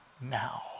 now